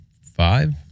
five